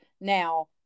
Now